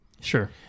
Sure